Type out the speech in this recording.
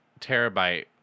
terabyte